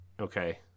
okay